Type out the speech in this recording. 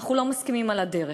אנחנו לא מסכימים על הדרך.